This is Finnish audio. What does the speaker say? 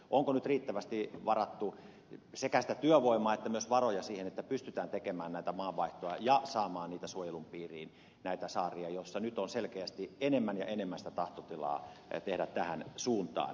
onko nyt riittävästi varattu sekä sitä työvoimaa että myös varoja siihen että pystytään tekemään näitä maanvaihtoja ja saamaan suojelun piiriin näitä saaria joissa nyt on selkeästi enemmän ja enemmän sitä tahtotilaa tehdä tähän suuntaan